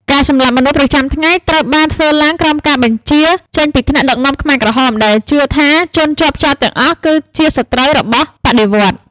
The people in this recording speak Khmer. ការសម្លាប់មនុស្សប្រចាំថ្ងៃត្រូវបានធ្វើឡើងក្រោមការបញ្ជាចេញពីថ្នាក់ដឹកនាំខ្មែរក្រហមដែលជឿថាជនជាប់ចោទទាំងអស់គឺជាសត្រូវរបស់បដិវត្តន៍។